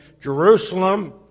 Jerusalem